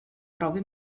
prove